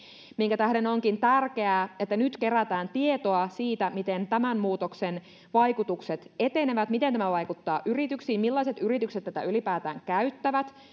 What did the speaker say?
minkä tähden onkin tärkeää että nyt kerätään tietoa siitä miten tämän muutoksen vaikutukset etenevät miten tämä vaikuttaa yrityksiin millaiset yritykset tätä ylipäätään käyttävät